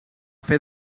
fer